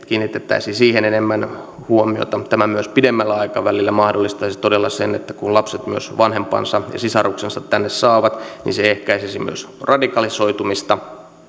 kiinnitettäisiin siihen enemmän huomiota tämä myös pidemmällä aikavälillä mahdollistaisi todella sen että kun lapset myös vanhempansa ja sisaruksensa tänne saavat niin se ehkäisisi myös radikalisoitumista